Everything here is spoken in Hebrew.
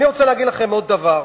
אני רוצה להגיד לכם עוד דבר.